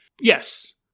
yes